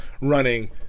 running